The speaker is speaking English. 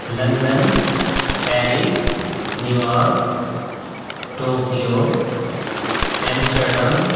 London Paris New York Tokyo Amsterdam